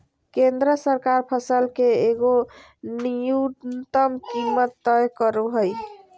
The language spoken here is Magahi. केंद्र सरकार फसल के एगो न्यूनतम कीमत तय करो हइ